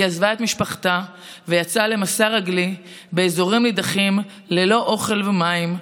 היא עזבה את משפחתה ויצאה למסע רגלי באזורים נידחים ללא אוכל ומים,